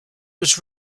was